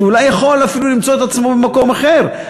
שאולי יכול למצוא את עצמו אפילו במקום אחר,